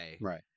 right